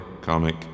comic